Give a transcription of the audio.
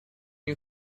you